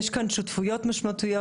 יש כאן שותפויות משמעותיות.